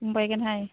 फुबायगोनहाय